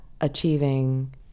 achieving